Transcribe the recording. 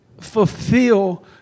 fulfill